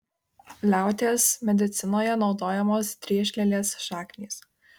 liaudies medicinoje naudojamos driežlielės šaknys